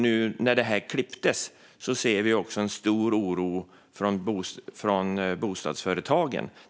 Nu när det "klippts" ser vi en stor oro från bostadsföretagen.